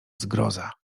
zgroza